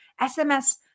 SMS